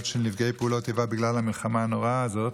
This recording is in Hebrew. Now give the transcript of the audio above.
של נפגעי פעולות איבה בגלל המלחמה הנוראה הזאת.